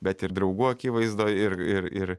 bet ir draugų akivaizdoje ir ir ir